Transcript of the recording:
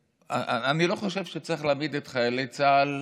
אני לא חושב שצריך להעמיד את חיילי צה"ל